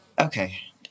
Okay